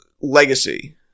Legacy